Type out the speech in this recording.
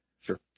Sure